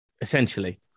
essentially